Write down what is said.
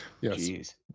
yes